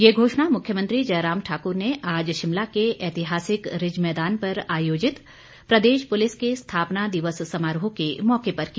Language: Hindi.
ये घोषणा मुख्यमंत्री जयराम ठाकुर ने आज शिमला के ऐतिहासिक रिज मैदान पर आयोजित प्रदेश पुलिस के स्थापना दिवस समारोह के मौके पर की